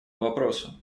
вопросу